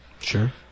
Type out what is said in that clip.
Sure